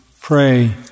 pray